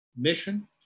mission